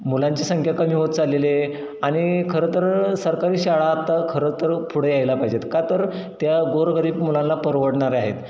मुलांची संख्या कमी होत चाललेली आहे आणि खरंतर सरकारी शाळा आता खरं तर पुढे यायला पाहिजेत का तर त्या गोरगरीब मुलांला परवडणाऱ्या आहेत